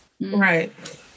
right